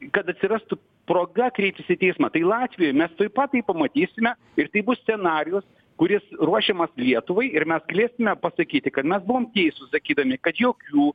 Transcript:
kad atsirastų proga kreiptis į teismą tai latvijoj mes tuoj pat tai pamatysime ir tai bus scenarijus kuris ruošiamas lietuvai ir mes galėsime pasakyti kad mes buvom teisūs sakydami kad jokių